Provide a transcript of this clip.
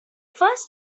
first